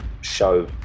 show